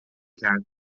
کرد